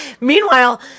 meanwhile